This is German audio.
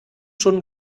schon